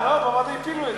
לא, בוועדה הפילו את זה.